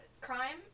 crime